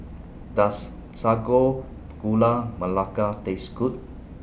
Does Sago Gula Melaka Taste Good